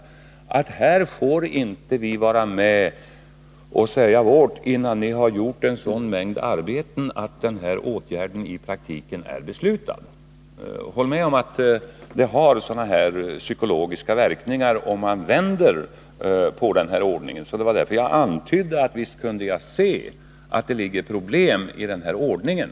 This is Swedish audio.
Man har då, hävdar man, inte fått vara med och säga sitt innan en sådan mängd arbeten gjorts att åtgärden i praktiken redan är beslutad. Håll med mig om att det kan få sådana psykologiska verkningar, om man vänder på ordningen i prövningsförfarandet. Det var därför som jag antydde att det visst kunde finnas problem beroende på formerna för prövningen.